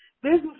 Business